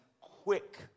quick